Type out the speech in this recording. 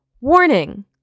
Warning